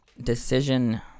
decision